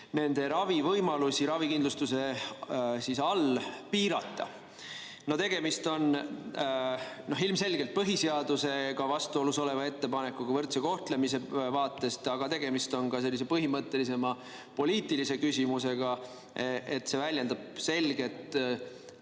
nende ravikindlustusega ravivõimalusi piirata. Tegemist on ilmselgelt põhiseadusega vastuolus oleva ettepanekuga võrdse kohtlemise vaatenurgast, aga tegemist on ka sellise põhimõttelisema poliitilise küsimusega. See väljendab selgelt